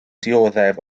dioddef